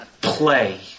Play